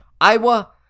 iowa